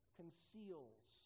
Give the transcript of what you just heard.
conceals